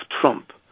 Trump